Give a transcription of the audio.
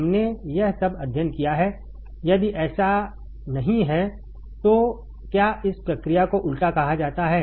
हमने यह सब अध्ययन किया है यदि ऐसा नहीं है तो क्या इस प्रक्रिया को उलटा कहा जाता है